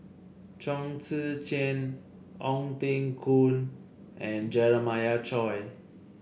Chong Tze Chien Ong Teng Koon and Jeremiah Choy